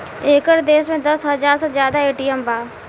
एकर देश में दस हाजार से जादा ए.टी.एम बा